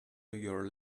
your